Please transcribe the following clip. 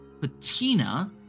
Patina